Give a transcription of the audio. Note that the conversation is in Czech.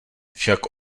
však